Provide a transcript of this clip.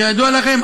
כידוע לכם,